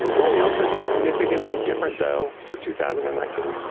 anything else that's significantly different, though, for two thousand and nineteen?